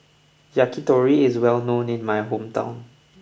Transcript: Yakitori is well known in my hometown